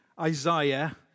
Isaiah